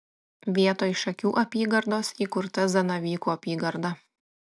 vietoj šakių apygardos įkurta zanavykų apygarda